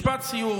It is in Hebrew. משפט סיום.